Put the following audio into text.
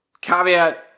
caveat